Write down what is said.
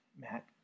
Matt